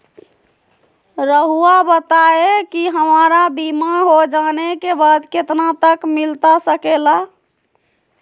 रहुआ बताइए कि हमारा बीमा हो जाने के बाद कितना तक मिलता सके ला?